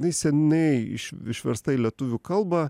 jinai seniai iš išversta į lietuvių kalbą